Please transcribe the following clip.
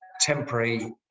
temporary